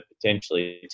potentially